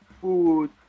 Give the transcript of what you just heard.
food